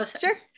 Sure